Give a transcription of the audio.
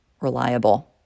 reliable